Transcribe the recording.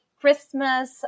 Christmas